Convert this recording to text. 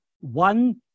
one